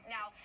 Now